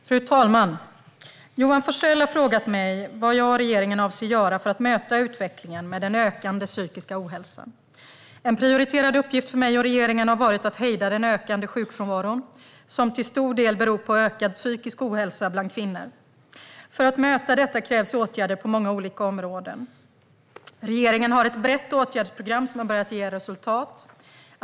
Fru talman! Johan Forssell har frågat mig vad jag och regeringen avser att göra för att möta utvecklingen med den ökande psykiska ohälsan. En prioriterad uppgift för mig och regeringen har varit att hejda den ökande sjukfrånvaron, som till stor del beror på ökad psykisk ohälsa bland kvinnor. För att möta detta krävs åtgärder på många olika områden. Regeringen har ett brett åtgärdsprogram som har börjat ge resultat.